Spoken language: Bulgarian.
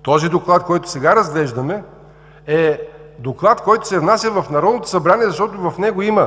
Второ, докладът, който сега разглеждаме, е доклад, който се внася в Народното събрание, защото в него